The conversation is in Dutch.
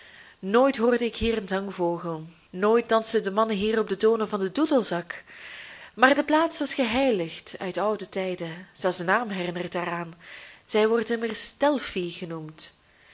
nooit hoorde ik hier een zangvogel nooit dansten de mannen hier op de tonen van den doedelzak maar de plaats was geheiligd uit oude tijden zelfs de naam herinnert daaraan zij wordt immers delphi genoemd